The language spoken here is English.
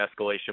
escalation